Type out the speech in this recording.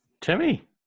Timmy